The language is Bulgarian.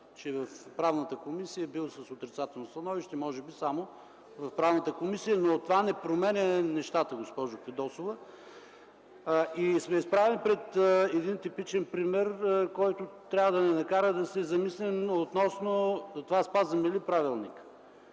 че в Правната комисия бил с отрицателно становище, може би само в Правната комисия, но това не променя нещата, госпожо Фидосова. Изправени сме пред един типичен пример, който трябва да ни накара да се замислим относно това: спазваме ли правилника?